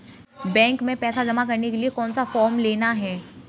Bank में पैसा जमा करने के लिए कौन सा फॉर्म लेना है?